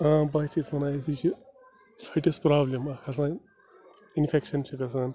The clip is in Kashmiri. آ بہٕ حظ چھَس وَنان أسۍ یہِ چھِ ۂٹِس پرٛابلِم اَکھ آسان اِنفٮ۪کشَن چھِ گژھان